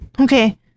okay